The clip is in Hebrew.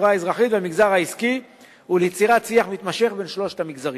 החברה האזרחית והמגזר העסקי וליצירת שיח מתמשך בין שלושת המגזרים.